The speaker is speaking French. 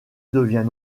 devient